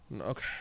okay